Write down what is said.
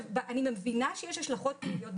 אני מבינה שיש השלכות פליליות.